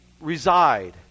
reside